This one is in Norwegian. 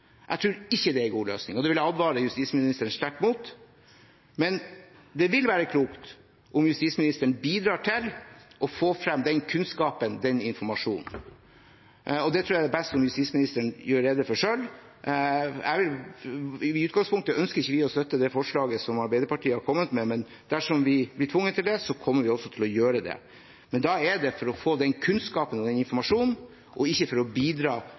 Jeg tror ikke det er en god løsning, og det vil jeg advare justisministeren sterkt mot. Men det vil være klokt om justisministeren bidrar til å få frem den kunnskapen og den informasjonen. Det tror jeg det er best om justisministeren gjør rede for selv. I utgangspunktet ønsker vi ikke å støtte det forslaget Arbeiderpartiet har kommet med, men dersom vi blir tvunget til det, kommer vi til å gjøre det. Men da er det for å få den kunnskapen og den informasjonen, og ikke for å bidra